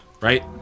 Right